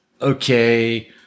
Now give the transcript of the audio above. Okay